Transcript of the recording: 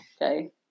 Okay